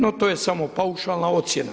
No to je samo paušalna ocjena.